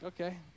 okay